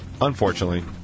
unfortunately